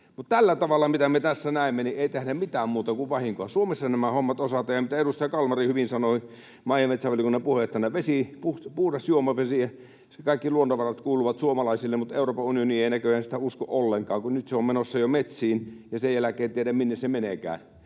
tällä tavalla, mitä me tässä näemme, ei tehdä mitään muuta kuin vahinkoa. Suomessa nämä hommat osataan, ja mitä edustaja Kalmari hyvin sanoi maa- ja metsävaliokunnan puheenjohtajana, vesi, puhdas juomavesi ja kaikki luonnonvarat kuuluvat suomalaisille, mutta Euroopan unioni ei näköjään sitä usko ollenkaan, kun nyt se on menossa jo metsiin, ja sen jälkeen ei tiedä, minne se meneekään.